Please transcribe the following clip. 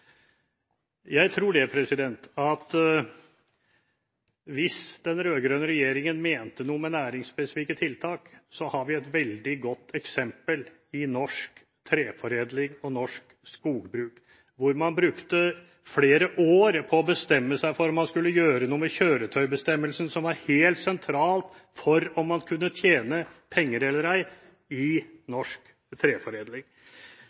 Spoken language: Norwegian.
Jeg tror at hvis den rød-grønne regjeringen mente noe med næringsspesifikke tiltak, har vi et veldig godt eksempel i norsk treforedling og norsk skogbruk, hvor man brukte flere år på å bestemme seg for om man skulle gjøre noe med kjøretøybestemmelsen, som var helt sentral for om man kunne tjene penger eller ei i